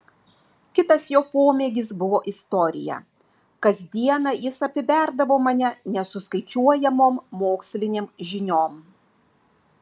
kitas jo pomėgis buvo istorija kasdieną jis apiberdavo mane nesuskaičiuojamom mokslinėm žiniom